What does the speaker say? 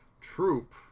troop